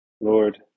Lord